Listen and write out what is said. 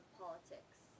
politics